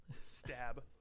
Stab